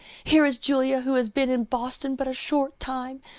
here is julia who has been in boston but a short time,